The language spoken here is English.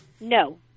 No